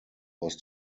was